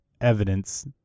evidence